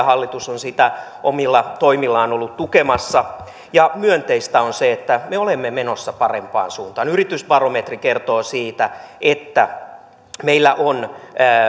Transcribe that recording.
hallitus on sitä omilla toimillaan ollut tukemassa myönteistä on se että me olemme menossa parempaan suuntaan yritysbarometri kertoo siitä että meillä on